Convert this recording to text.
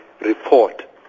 report